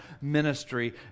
ministry